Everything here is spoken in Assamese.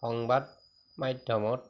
সংবাদ মাধ্যমত